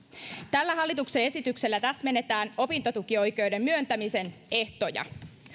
tällä hallituksen esityksellä täsmennetään opintotukioikeuden myöntämisen ehtoja